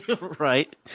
Right